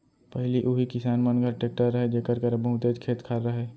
पहिली उही किसान मन घर टेक्टर रहय जेकर करा बहुतेच खेत खार रहय